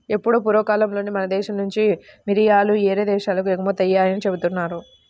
ఎప్పుడో పూర్వకాలంలోనే మన దేశం నుంచి మిరియాలు యేరే దేశాలకు ఎగుమతయ్యాయని జెబుతున్నారు